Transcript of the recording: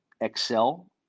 excel